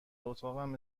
اتاقم